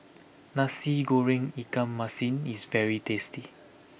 Nasi Goreng Ikan Masin is very tasty